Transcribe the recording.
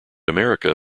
america